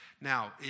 Now